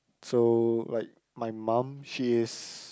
so like my mum she is